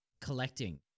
collecting